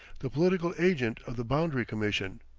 the political agent of the boundary commission.